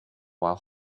while